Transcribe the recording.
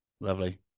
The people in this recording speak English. Lovely